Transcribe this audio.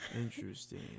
Interesting